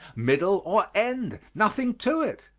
middle or end nothing to it.